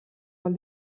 ahal